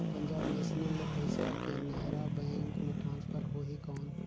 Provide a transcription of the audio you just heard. Punjab national ले पइसा Canara bank मे ट्रांसफर होहि कौन?